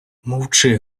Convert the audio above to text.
мовчи